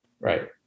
Right